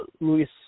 Luis